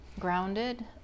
grounded